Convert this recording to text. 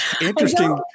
Interesting